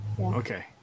Okay